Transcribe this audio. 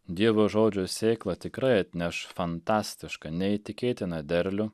dievo žodžio sėkla tikrai atneš fantastišką neįtikėtiną derlių